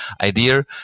idea